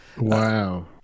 wow